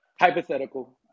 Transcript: hypothetical